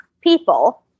people